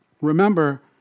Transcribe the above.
Remember